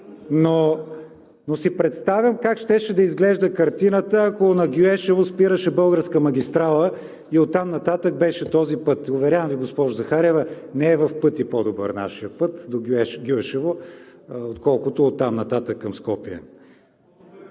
Но си представям как щеше да изглежда картината, ако на Гюешево спираше българска магистрала и оттам нататък беше този път. Уверявам Ви, госпожо Захариева, нашият път до Гюешево не е в пъти по-добър, отколкото оттам нататък към Скопие.